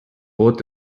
what